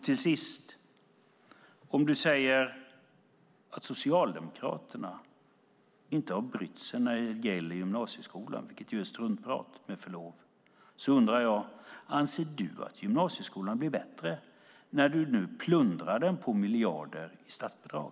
Till sist: Om du säger att Socialdemokraterna inte har brytt sig när det gäller gymnasieskolan, vilket är struntprat med förlov sagt, undrar jag om du anser att gymnasieskolan blir bättre när du nu plundrar den på miljarder i statsbidrag.